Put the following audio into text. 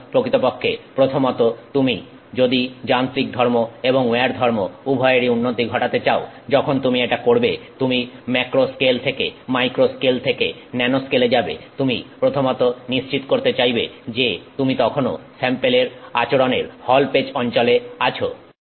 সুতরাং প্রকৃতপক্ষে প্রথমত যদি তুমি যান্ত্রিক ধর্ম এবং উইয়ার ধর্ম উভয়েরই উন্নতি ঘটাতে চাও যখন তুমি এটা করবে তুমি ম্যাক্রো স্কেল থেকে মাইক্রো স্কেল থেকে ন্যানো স্কেলে যাবে তুমি প্রথমত নিশ্চিত করতে চাইবে যে তুমি তখনো স্যাম্পেলের আচরণের হল পেচ অঞ্চলে আছো